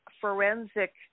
forensic